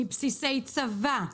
מבסיסי צבא.